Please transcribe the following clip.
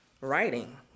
writing